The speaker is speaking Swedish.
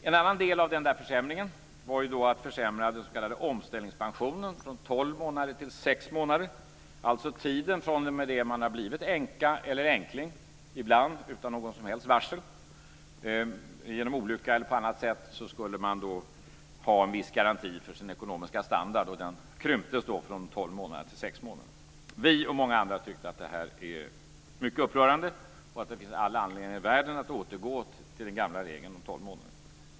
En annan del av den försämringen var att man försämrade den s.k. omställningspensionen från tolv månader till sex månader. Det gäller alltså tiden efter det att man har blivit änka eller änkling, ibland utan någon som helst varsel genom olycka eller på annat sätt. Man skulle ha en viss garanti för sin ekonomiska standard, och tiden för den krymptes från tolv månader till sex månader. Vi och många andra tyckte att det var mycket upprörande och att det finns all anledning i världen att återgå till den gamla regeln om tolv månader.